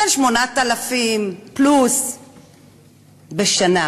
8,000 שקלים פלוס בשנה.